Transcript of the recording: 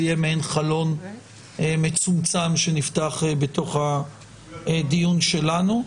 יהיה מעין חלון מצומצם שנפתח בתוך הדיון שלנו.